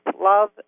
Love